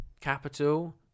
capital